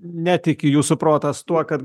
netiki jūsų protas tuo kad